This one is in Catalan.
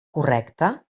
correcte